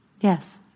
Yes